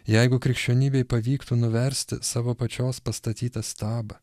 jeigu krikščionybei pavyktų nuversti savo pačios pastatytą stabą